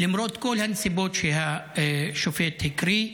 למרות כל הנסיבות שהשופט הקריא,